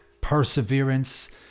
perseverance